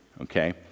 okay